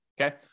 okay